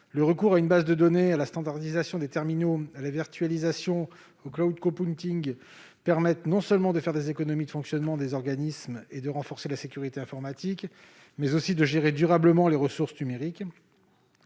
Le recours à une base de données, à la standardisation des terminaux, à la virtualisation et au permet non seulement de faire des économies de fonctionnement et de renforcer la sécurité informatique, mais aussi de gérer durablement les ressources numériques.